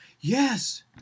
yes